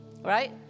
right